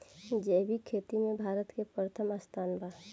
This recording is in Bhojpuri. जैविक खेती में भारत के प्रथम स्थान बा